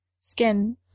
skin